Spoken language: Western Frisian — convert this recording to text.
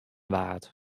waard